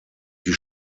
die